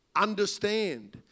understand